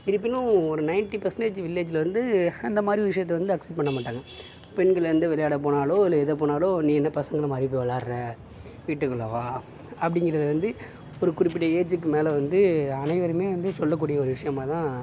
இருப்பினும் ஒரு ninety percentage வில்லேஜ்லேருந்து அந்த மாதிரி ஒரு விஷயத்தை வந்து அக்சப்ட் பண்ண மாட்டாங்க பெண்கள் வந்து விளையாட போனாலோ இல்லை எதோ போனாலோ நீ என்ன பசங்க மாதிரி போய் விளாடுற வீட்டுக்குள்ள வா அப்படிங்குறது வந்து ஒரு குறிப்பிட்ட ஏஜுக்கு மேல் வந்து அனைவருமே வந்து சொல்ல கூடிய விஷயமாகதான்